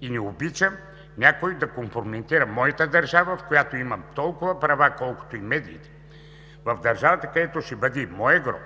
И не обичам някой да компрометира моята държава, в която имам толкова права, колкото и медиите, в държавата, където ще бъде и моят гроб,